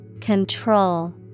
Control